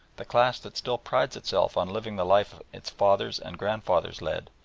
the class that still prides itself on living the life its fathers and grandfathers led,